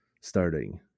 starting